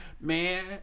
man